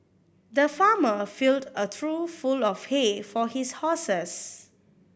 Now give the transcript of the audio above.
the farmer filled a trough full of hay for his horses